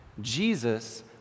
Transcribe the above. Jesus